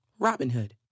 Robinhood